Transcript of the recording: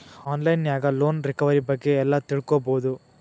on line ನ್ಯಾಗ loan recovery ಬಗ್ಗೆ ಎಲ್ಲಾ ತಿಳ್ಕೊಬೊದು